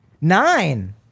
Nine